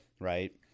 right